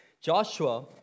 Joshua